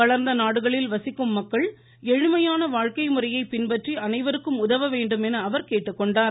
வளர்ந்த நாடுகளில் வசிக்கும் மக்கள் எளிமையான வாழ்க்கை முறையை பின்பற்றி அனைவருக்கும் உதவ வேண்டும் என அவர் கேட்டுக்கொண்டார்